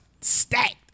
stacked